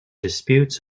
disputes